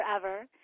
forever